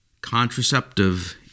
contraceptive